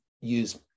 use